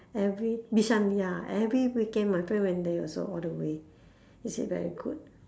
every bishan ya every weekend my friend went there also all the way he said very good